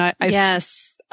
Yes